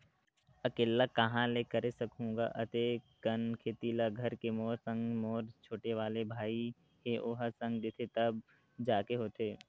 अकेल्ला काँहा ले करे सकहूं गा अते कन खेती ल घर के मोर संग मोर छोटे वाले भाई हे ओहा संग देथे तब जाके होथे